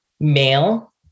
male